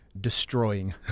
destroying